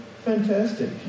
Fantastic